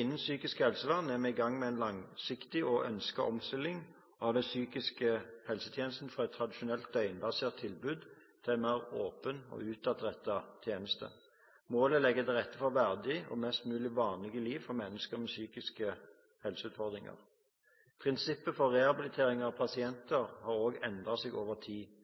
Innen psykisk helsevern er vi i gang med en langsiktig og ønsket omstilling av den psykiske helsetjenesten, fra et tradisjonelt døgnbasert tilbud til en mer åpen og utadrettet tjeneste. Målet er å legge til rette for verdige og mest mulig vanlige liv for mennesker med psykiske helseutfordringer. Prinsippet for rehabilitering av pasienter har også endret seg over tid.